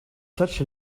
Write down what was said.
such